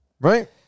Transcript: Right